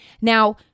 Now